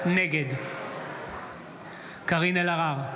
נגד קארין אלהרר,